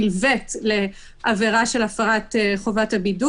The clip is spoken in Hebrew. ובעבירות נלוות לביצוע ההפרה.